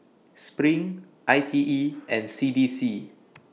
SPRING I T E and C D C